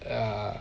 uh